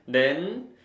then